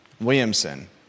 Williamson